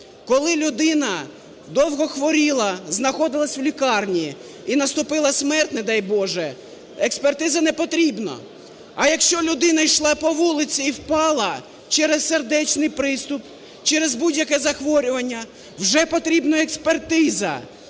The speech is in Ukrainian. Коли людина довго хворіла, знаходилася в лікарні і наступила смерть, не дай боже, експертиза не потрібна, а якщо людина йшла по вулиці і впала через сердечний приступ, через будь-яке захворювання, вже потрібна експертиза.